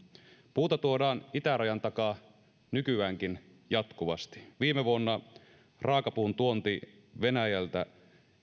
puuta tuodaan itärajan takaa nykyäänkin jatkuvasti viime vuonna raakapuun tuonti venäjältä